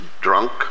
drunk